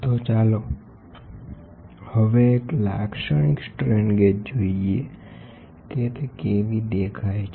તો ચાલો હવે એક લાક્ષણિક સ્ટ્રેન ગેજ જોઈએ કે તે કેવો દેખાય છે